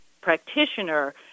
practitioner